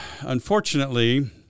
Unfortunately